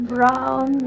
Brown